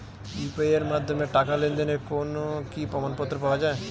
UPI এর মাধ্যমে টাকা লেনদেনের কোন কি প্রমাণপত্র পাওয়া য়ায়?